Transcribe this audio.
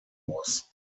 was